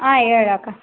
ಹಾಂ ಹೇಳ್ ಅಕ್ಕ